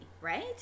right